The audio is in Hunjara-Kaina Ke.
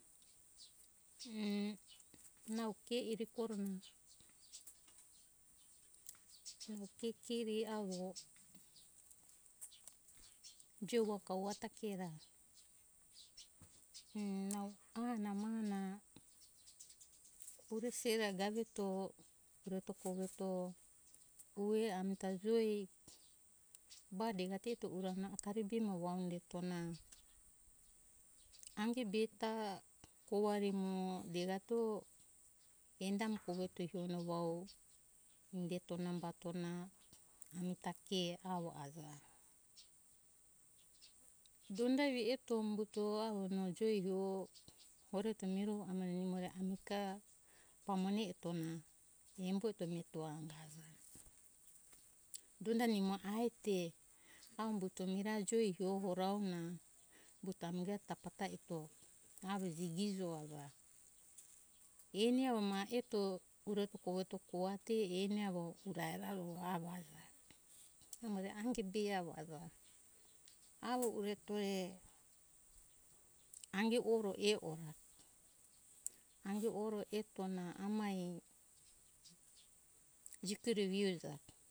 Ke nau ke iri korona nau ke kiri avo pure kauva ta ke ra e nau aha na maha na pure sena gajeto puere eto koveto kove ami ta joi ba degato eto uja namo akari be avo ue indetona ange be ta kovari mo degato enda mo koveto indeto umbatona ami ta ke avo aja donda evi eto umbuto avo na joi hiovo oreto miro namo ga pamone eto na embo eto miretona aja donda nimo ai te avo umbuto mirae joi miho aura ona dange tafa ta hito avo jigijo e uja eni avo maketo pure eto kova te eni avo mirara avo ahungeto avo ue tore ange uro e ora ange oro eto na amai hitore ve uja